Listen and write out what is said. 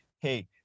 hey